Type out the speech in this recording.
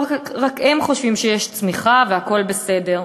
לא רק הם חושבים שיש צמיחה והכול בסדר.